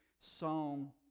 song